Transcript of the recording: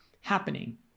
happening